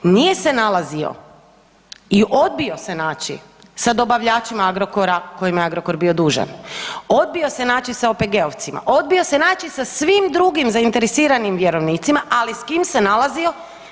Nije se nalazio i odbio se naći sa dobavljačima Agrokora kojima je Agrokor bio dužan, odbio se naći sa OPG-ovcima, odbio se naći sa svim drugim zainteresiranim vjerovnicima ali s kim se nalazio?